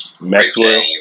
maxwell